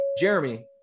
Jeremy